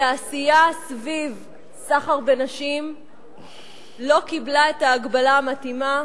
התעשייה סביב סחר בנשים לא קיבלה את ההגבלה המתאימה,